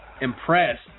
impressed